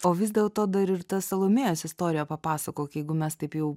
o vis dėlto dar ir tą salomėjos istoriją papasakok jeigu mes taip jau